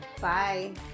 bye